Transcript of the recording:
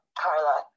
Carla